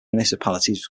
municipalities